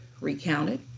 recounted